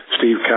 Steve